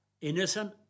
Innocent